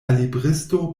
libristo